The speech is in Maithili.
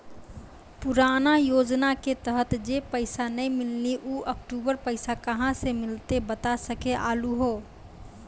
पुराना योजना के तहत जे पैसा नै मिलनी ऊ अक्टूबर पैसा कहां से मिलते बता सके आलू हो?